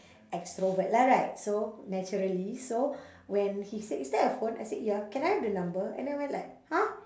extrovert lah right so naturally so when he said is that a phone I said ya can I have the number and I went like !huh!